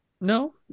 no